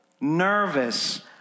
nervous